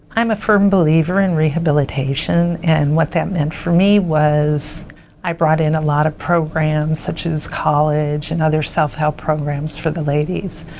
i'm a firm believer in rehabilitation, and what that meant for me was i brought in a lot of programs, such as college and other self-help programs for the ladies.